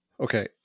Okay